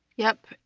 yep,